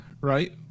right